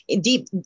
deep